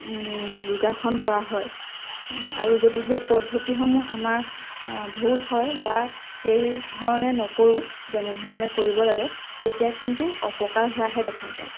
যোগাসন কৰা হয় আৰু যদি সেই পদ্ধতিসমূহ আমাৰ ভুল হয় বা সেইধৰণে নকৰোঁ যেনেধৰণে কৰিব লাগে তেতিয়া কিন্তু অপকাৰ হোৱাহে দেখা যায়